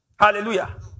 Hallelujah